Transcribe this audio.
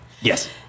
Yes